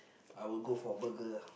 I would go for burger uh